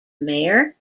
mayor